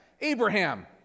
Abraham